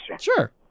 Sure